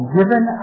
given